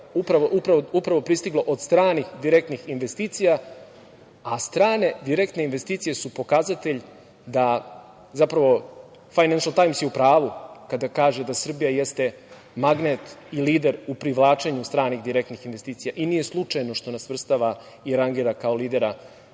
upravo pristiglo od stranih direktnih investicija, a strane direktne investicije su pokazatelj, zapravo „Fajnenšl Tajms“ je u pravu kada kaže da Srbija jeste magnet i lider u privlačenju stranih direktnih investicija i nije slučajno što nas svrstava i rangira kao lidera